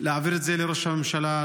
להעביר את זה לראש הממשלה,